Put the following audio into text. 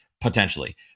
potentially